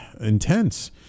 intense